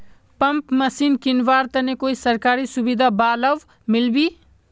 Pump machine किनवार तने कोई सरकारी सुविधा बा लव मिल्बी?